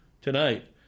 tonight